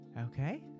Okay